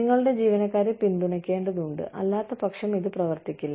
നിങ്ങളുടെ ജീവനക്കാരെ പിന്തുണയ്ക്കേണ്ടതുണ്ട് അല്ലാത്തപക്ഷം ഇത് പ്രവർത്തിക്കില്ല